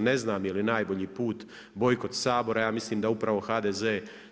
Ne znam je li najbolji put bojkot Sabora, ja mislim da upravo HDZ